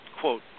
quote